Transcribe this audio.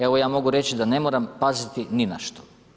Evo, ja mogu reći da ne moram paziti ni na što.